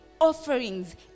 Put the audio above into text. offerings